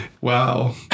wow